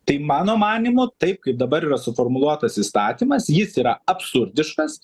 tai mano manymu taip kaip dabar yra suformuluotas įstatymas jis yra absurdiškas